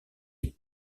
est